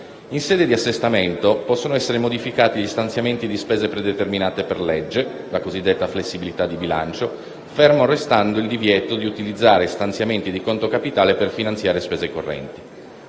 In sede di assestamento possono essere modificati gli stanziamenti di spese predeterminate per legge (la cosiddetta flessibilità di bilancio), fermo restando il divieto di utilizzare stanziamenti di conto capitale per finanziare spese correnti.